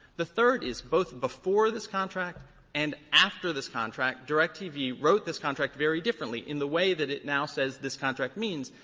the third is both before this contract and after this contract, directv wrote this contract very differently in the way that it now says this contract means,